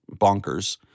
bonkers